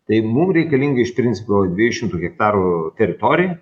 tai mum reikalingi iš principo dviejų šimtų hektarų teritorija